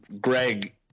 Greg